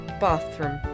bathroom